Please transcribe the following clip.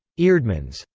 eerdmans.